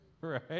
right